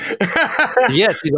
yes